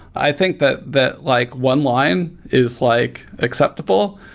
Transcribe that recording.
i think that that like one line is like acceptable,